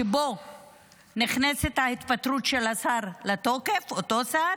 שבו נכנסת ההתפטרות של השר לתוקף, אותו שר,